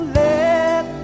let